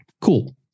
cool